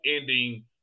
ending